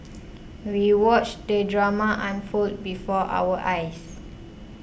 we watched the drama unfold before our eyes